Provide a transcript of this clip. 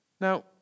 Now